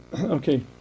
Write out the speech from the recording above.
okay